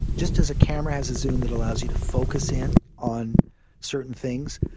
just as a camera has a zoom that allows you to focus in on certain things,